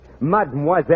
Mademoiselle